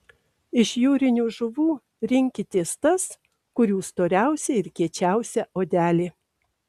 iš jūrinių žuvų rinkitės tas kurių storiausia ir kiečiausia odelė